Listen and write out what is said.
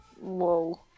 whoa